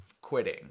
quitting